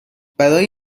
برای